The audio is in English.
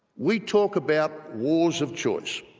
we talk about wars of choice.